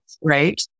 right